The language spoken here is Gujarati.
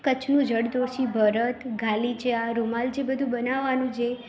કચ્છનું જરદોશી ભરત ગાલીચા રુમાલ જે બધું બનાવવાનું જે